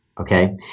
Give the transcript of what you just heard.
Okay